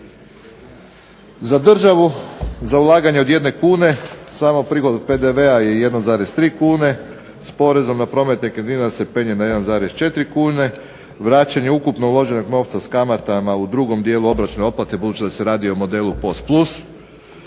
Za državu za ulaganje od 1 kune samo prigodom PDV-a je 1,3 kune s porezom na promet nekretnina se penje na 1,4 kune. Vraćanje ukupno uloženog novca s kamatama u drugom dijelu obročne otplate budući da se radi o modelu POS